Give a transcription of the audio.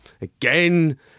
Again